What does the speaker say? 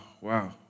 wow